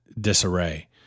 disarray